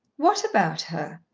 what about her?